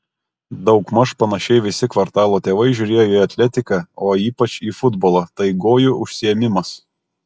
daugmaž panašiai visi kvartalo tėvai žiūrėjo į atletiką o ypač į futbolą tai gojų užsiėmimas